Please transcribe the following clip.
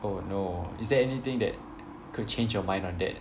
oh no is there anything that could change your mind on that